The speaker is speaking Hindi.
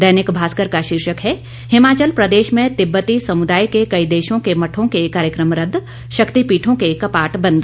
दैनिक भास्कर का शीर्षक है हिमाचल प्रदेश में तिब्बती समुदाय के कई देशों के मठों के मठों के कार्यक्रम रदद शक्तिपीठों के कपाट बंद